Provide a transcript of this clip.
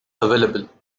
available